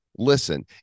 Listen